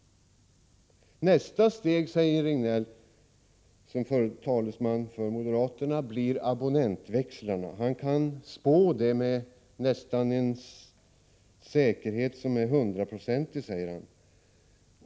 Nästa steg, säger Göran Riegnell som företrädare för moderaterna, blir abonnentväxlarna. Han kan spå det med en nästan hundraprocentig säkerhet.